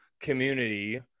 community